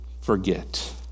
forget